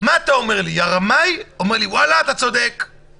הרי אם האימא הייתה מבקשת היא הייתה